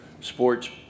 sports